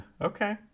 Okay